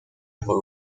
por